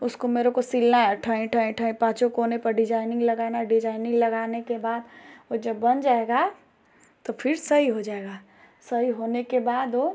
उसको मेरे को सीलना है ठाँय ठाँय ठाँय पाँचों कोने पर डिजाइनिन्ग लगानी है डिजाइनिन्ग लगाने के बाद वह जब बन जाएगाा तो फिर सही हो जाएगाा सही होने के बाद वह